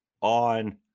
on